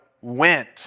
went